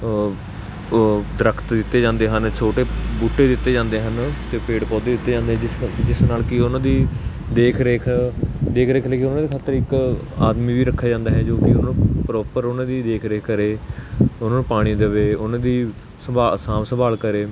ਦਰਖਤ ਦਿੱਤੇ ਜਾਂਦੇ ਹਨ ਛੋਟੇ ਬੂਟੇ ਦਿੱਤੇ ਜਾਂਦੇ ਹਨ ਅਤੇ ਪੇੜ ਪੌਦੇ ਦਿੱਤੇ ਜਾਂਦੇ ਜਿਸ ਕਰਕੇ ਜਿਸ ਨਾਲ ਕੀ ਉਹਨਾਂ ਦੀ ਦੇਖ ਰੇਖ ਦੇਖ ਰੇਖ ਲਈ ਉਹਨਾਂ ਦੀ ਖਾਤਰ ਇੱਕ ਆਦਮੀ ਵੀ ਰੱਖਿਆ ਜਾਂਦਾ ਹੈ ਜੋ ਕਿ ਉਹ ਪ੍ਰੋਪਰ ਉਹਨਾਂ ਦੀ ਦੇਖਰੇਖ ਕਰੇ ਉਹਨਾਂ ਨੂੰ ਪਾਣੀ ਦੇਵੇ ਉਹਨਾਂ ਦੀ ਸੰਭਾਲ ਸਾਂਭ ਸੰਭਾਲ ਕਰੇ